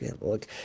look